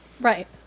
Right